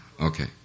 okay